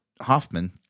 hoffman